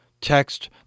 text